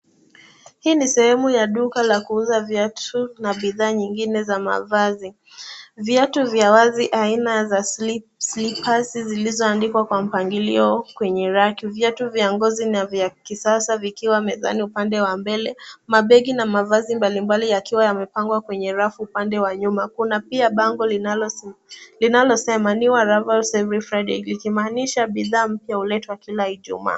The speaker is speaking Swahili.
Hii ni sehemu ya duka la kuuza viatu na bidhaa nyingine za mavazi. Viatu vya wazi aina za slippers zilizoanikwa kwa mpangilio kwenye rack viatu vya ngozi na vya kisasa vikiwa mezani upande wa mbele, mabegi na mavazi mbalimbali yakiwa yamepangwa kwenye rafu upande wa nyuma. Kuna pia bango linalosema New arrivals every Friday ikimaanisha bidhaa mpya huletwa kila ijumaa.